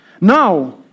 Now